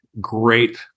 great